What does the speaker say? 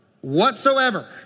whatsoever